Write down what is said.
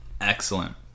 Excellent